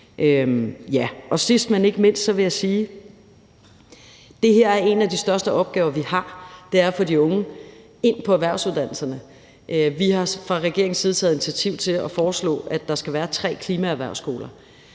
Sidst, men ikke mindst, vil jeg sige, at en af de største opgaver, vi har, er at få de unge ind på erhvervsuddannelserne. Vi har fra regeringens side taget initiativ til at foreslå, at der skal være tre klimaerhvervsskoler.